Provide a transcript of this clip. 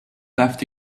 left